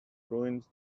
ruins